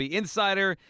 insider